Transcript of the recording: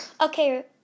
Okay